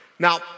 Now